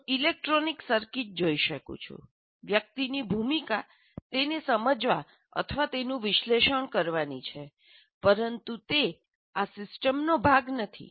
હું electronic circuit જોઈ શકું છું વ્યક્તિની ભૂમિકા તેને સમજવા અથવા તેનું વિશ્લેષણ કરવાની છે પરંતુ તે આ સિસ્ટમનો ભાગ નથી